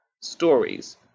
stories